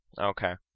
Okay